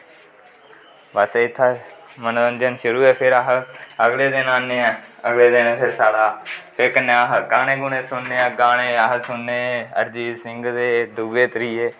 बस इत्ते मनोंरजन शुरू ऐ फिर अस अगले दिन आनियै अगले दिन फिर साढ़ी फिर कन्ने अस गाने गुने सुनने आं गाने अस सुनने अरजीत सिंह दे दुऐ त्रिये